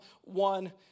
one